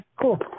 cool